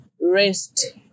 rest